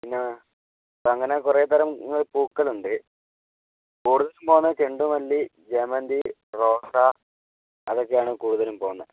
പിന്ന ഇപ്പങ്ങനെ കുറേതരം പൂക്കളുണ്ട് കൂടുതലും പോവുന്നത് ചെണ്ടുമല്ലി ജെമന്തി റോസാ അതൊക്കെയാണ് കൂടുതലും പോവുന്നത്